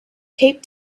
taped